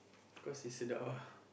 cause it's sedap ah